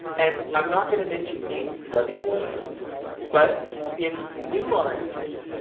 and i'm not gonna mention names because that'd be lame but in new r and b,